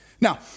Now